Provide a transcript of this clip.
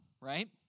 right